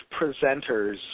presenters